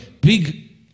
big